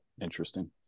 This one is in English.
Interesting